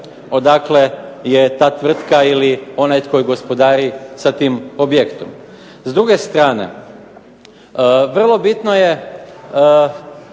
odakle je ta tvrtka ili onaj tko gospodari sa tim objektom. S druge strane, vrlo bitno je